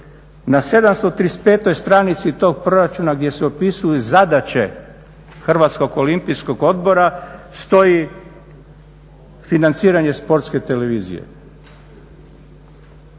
Na 735. stranici toga proračuna gdje se opisuju zadaće Hrvatskog olimpijskog odbora stoji financiranje Sportske televizije.